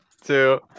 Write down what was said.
two